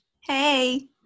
Hey